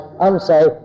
unsafe